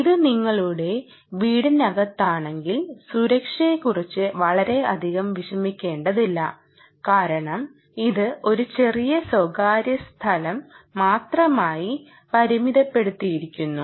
ഇത് നിങ്ങളുടെ വീടിനകത്താണെങ്കിൽ സുരക്ഷയെക്കുറിച്ച് വളരെയധികം വിഷമിക്കേണ്ടതില്ല കാരണം ഇത് ഒരു ചെറിയ സ്വകാര്യ സ്ഥലo മാത്രമായി പരിമിതപ്പെടുത്തിയിരിക്കുന്നു